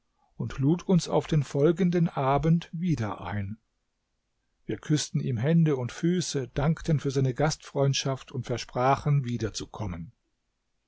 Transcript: und lud uns auf den folgenden abend wieder ein wir küßten ihm hände und füße dankten für seine gastfreundschaft und versprachen